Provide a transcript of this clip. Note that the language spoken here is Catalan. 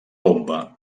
bomba